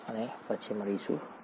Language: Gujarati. આભાર અને પછી મળીશું